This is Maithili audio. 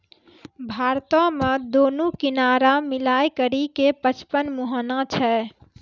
भारतो मे दुनू किनारा मिलाय करि के पचपन मुहाना छै